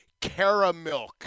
Caramilk